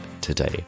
today